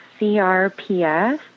CRPS